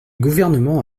gouvernement